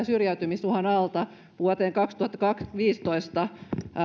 syrjäytymisuhan alta vuodesta kaksituhattaviisitoista